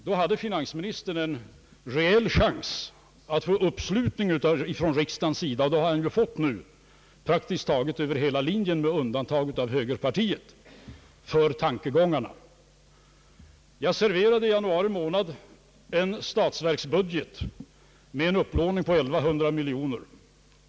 Då hade finansministern en reell chans att få uppslutning från riksdagens sida, och det har han ju fått nu praktiskt taget över hela linjen med undantag av högerpartiet, för tankegångarna. Jag serverade i januari månad en statsverksbudget med en upplåning på 1100 miljoner kronor.